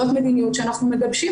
זאת המדיניות שאנחנו מגבשים,